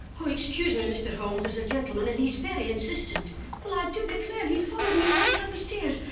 oh, excuse me, mr. holmes, there's a gentleman and he's very insistent. well i do declare, he followed me right up the stairs.